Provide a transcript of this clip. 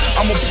I'ma